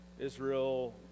Israel